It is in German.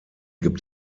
gibt